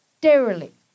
derelict